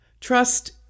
Trust